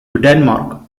denmark